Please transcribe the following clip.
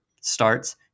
starts